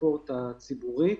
והספורט הציבורי.